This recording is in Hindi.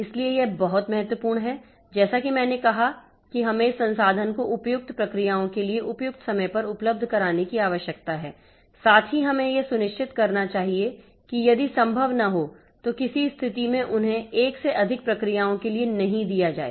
इसलिए यह बहुत महत्वपूर्ण है जैसा कि मैंने कहा कि हमें इस संसाधन को उपयुक्त प्रक्रियाओं के लिए उपयुक्त समय पर उपलब्ध कराने की आवश्यकता है साथ ही हमें यह सुनिश्चित करना चाहिए कि यदि संभव न हो तो किसी स्थिति में उन्हें एक से अधिक प्रक्रियाओं के लिए नहीं दिया जाए